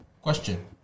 question